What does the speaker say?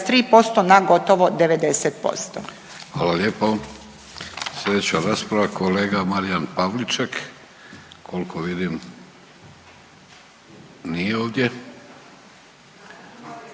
(Nezavisni)** Hvala lijepo. Sljedeća rasprava kolega Marijan Pavliček. Koliko vidim, nije ovdje.